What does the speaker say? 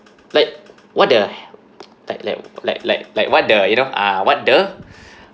like what the he~ like like like like like what the you know ah what the